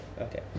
Okay